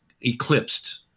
eclipsed